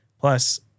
plus